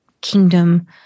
kingdom